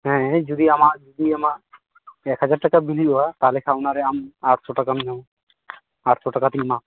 ᱦᱮᱸ ᱡᱩᱫᱤ ᱟᱢᱟᱜ ᱡᱩᱫᱤ ᱟᱢᱟᱜ ᱮᱠᱦᱟᱡᱟᱨ ᱴᱟᱠᱟ ᱵᱤᱞ ᱦᱩᱭᱩᱜᱼᱟ ᱛᱟᱦᱚᱞᱮ ᱠᱷᱟᱱ ᱚᱱᱟᱨᱮ ᱟᱢ ᱟᱴᱥᱚ ᱴᱟᱠᱟᱢ ᱧᱟᱢᱟ ᱟᱴᱥᱚ ᱴᱟᱠᱟ ᱛᱮᱧ ᱮᱢᱟᱣᱟᱢᱟ